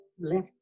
left